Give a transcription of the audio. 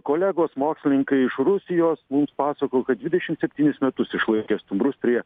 kolegos mokslininkai iš rusijos mums pasakojo kad dvidešim septynis metus išlaikė stumbrus prie